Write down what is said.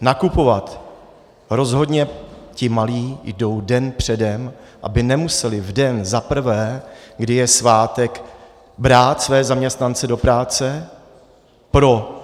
Nakupovat rozhodně ti malí jdou den předem, aby nemuseli v den za prvé kdy je svátek, brát své zaměstnance do práce pro